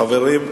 חברים,